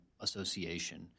association